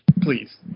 please